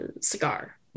cigar